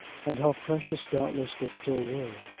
and how precious doubtless they still were,